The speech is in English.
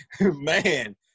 Man